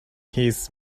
his